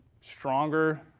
stronger